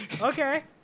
Okay